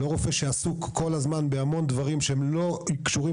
לא רופא שעסוק כל הזמן בהמון דברים שהם לא קשורים